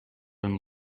and